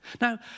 Now